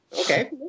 Okay